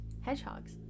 hedgehogs